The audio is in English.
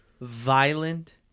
violent